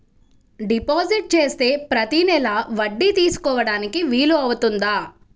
Deposit చేస్తే ప్రతి నెల వడ్డీ తీసుకోవడానికి వీలు అవుతుందా?